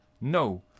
no